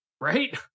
Right